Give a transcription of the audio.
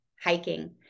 hiking